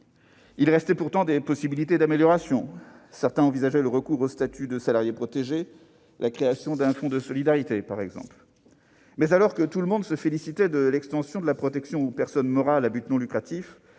Il restait pourtant des possibilités d'améliorations, comme le recours au statut de salarié protégé ou la création d'un fonds de solidarité. Mais alors que tout le monde se félicitait de l'extension de la protection aux personnes morales à but non lucratif,